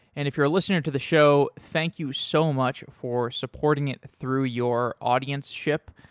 and if you're listening to the show, thank you so much for supporting it through your audienceship.